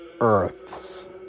earths